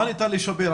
מה ניתן לשפר?